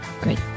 great